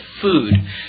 food